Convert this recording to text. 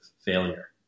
failure